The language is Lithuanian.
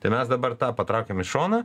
tai mes dabar tą patraukiam į šoną